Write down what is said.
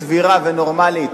סבירה ונורמלית,